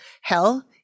Hell